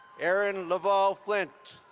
erin leval flint.